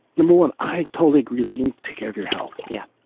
the moon. i totally agree that you take care of your health. yeah,